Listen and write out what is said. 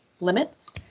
limits